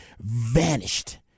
vanished